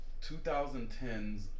2010's